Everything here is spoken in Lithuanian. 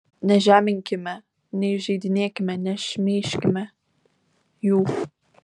nežeminkime neįžeidinėkime nešmeižkime jų